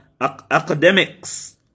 academics